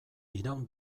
iraun